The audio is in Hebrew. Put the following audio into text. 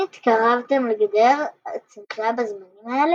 אם התקרבתם לגדר הצמחיה בזמנים האלה,